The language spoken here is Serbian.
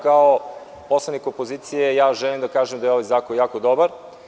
Kao poslanike opozicije, želim da kažem da je ovaj zakon jako dobar.